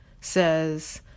says